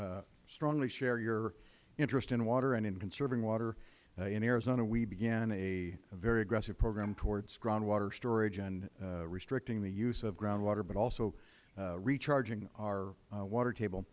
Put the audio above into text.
strongly share your interest in water and in conserving water in arizona we began a very aggressive program toward groundwater storage and restricting the use of groundwater but also recharging our water